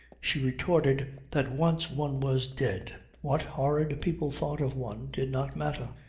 she retorted that once one was dead what horrid people thought of one did not matter.